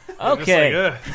Okay